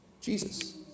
Jesus